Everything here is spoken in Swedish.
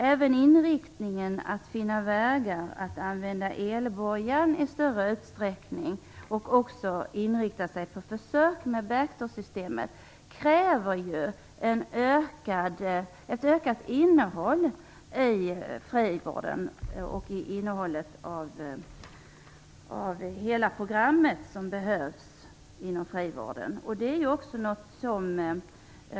Även inriktningen att finna vägar att använda elboja i större utsträckning och försök med back doorsystemet kräver ett ökat innehåll i frivården och det program som där behövs.